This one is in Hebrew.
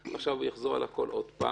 עכשיו הוא יחזור על הכול עוד פעם.